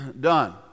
done